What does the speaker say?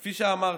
כפי שאמרתי,